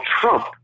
trump